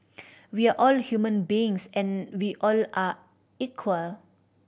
we're all human beings and we all are equal